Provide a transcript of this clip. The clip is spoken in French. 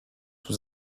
sous